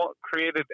created